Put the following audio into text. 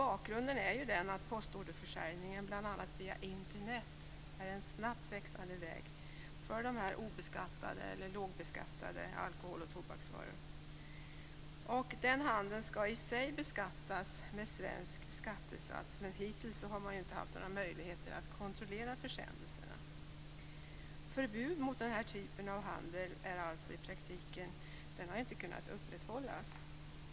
Bakgrunden är att postorderförsäljningen, bl.a. via Internet, är en snabbt växande möjlighet för obeskattade/lågbeskattade alkohol och tobaksvaror. Den handeln skall i sig beskattas med svensk skattesats men hittills har man inte haft några möjligheter att kontrollera försändelserna. Förbudet mot den här typen av handel har alltså i praktiken inte kunnat upprätthållas.